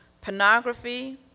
pornography